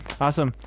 awesome